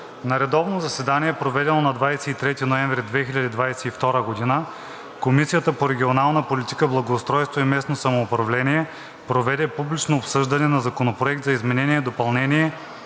На редовно заседание, проведено на 23 ноември 2022 г., Комисията по регионална политика, благоустройство и местно самоуправление проведе публично обсъждане на Законопроект за изменение и допълнение